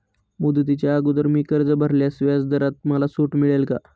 मुदतीच्या अगोदर मी कर्ज भरल्यास व्याजदरात मला सूट मिळेल का?